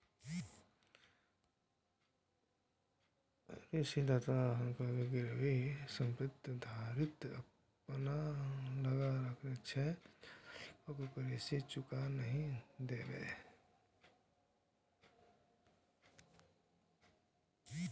ऋणदाता अहांक गिरवी संपत्ति ताधरि अपना लग राखैत छै, जाधरि ओकर ऋण चुका नहि देबै